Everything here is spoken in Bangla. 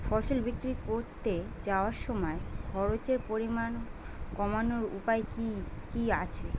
ফসল বিক্রি করতে যাওয়ার সময় খরচের পরিমাণ কমানোর উপায় কি কি আছে?